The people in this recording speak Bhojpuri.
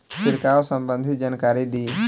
छिड़काव संबंधित जानकारी दी?